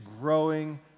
growing